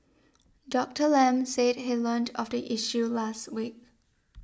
Doctor Lam said he learnt of the issue last week